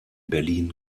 berlin